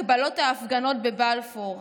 הגבלות ההפגנות בבלפור,